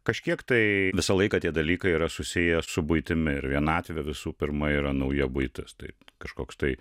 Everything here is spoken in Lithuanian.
kažkiek tai visą laiką tie dalykai yra susiję su buitimi ir vienatvė visų pirma yra nauja buitis tai kažkoks tai